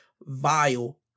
vile